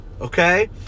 okay